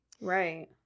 Right